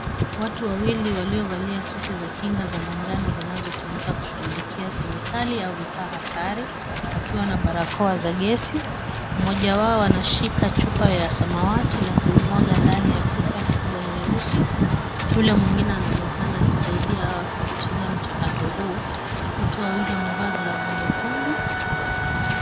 Watu wawili waliovalia suti za kinga za manjano zinazotumika kushughulikia kemikali au vifaa hatari wakiwa na barakoa za gesi. Mmoja wao anashika chupa ya samawati na kuimwaga ndani ya pipa kubwa nyeusi. Yule mwengine anaonekana akisaidia au kufuatilia mchakato huo. Wote wawili wamevaa glavu nyekundu.